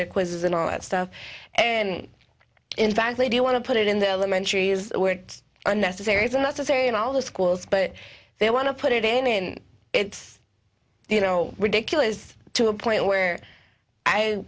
their quizzes and all that stuff and in fact they do want to put it in the elementary is unnecessary it's unnecessary and all the schools but they want to put it in and it's you know ridiculous to a point where i